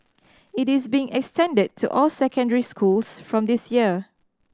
it is being extended to all secondary schools from this year